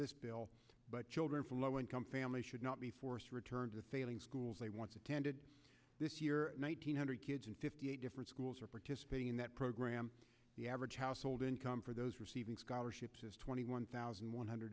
this bill but children from low income families should not be forced to return to the failing schools they want to attended this year one hundred kids in fifty eight different schools are participating in that program the average household income for those receiving scholarships is twenty one thousand one hundred